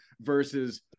versus